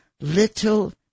little